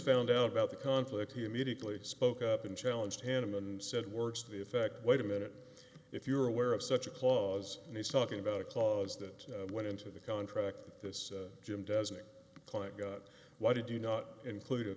found out about the conflict he immediately spoke up and challenge hannum and said words to the effect wait a minute if you're aware of such a clause and he's talking about a clause that went into the contract that this jim doesn't client got why did you not include